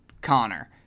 connor